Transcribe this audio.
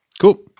Cool